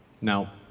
Now